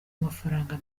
amafaranga